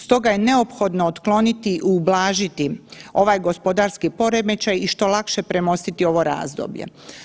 Stoga je neophodno otkloniti i ublažiti ovaj gospodarski poremećaj i što lakše premostiti ovo razdoblje.